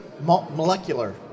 molecular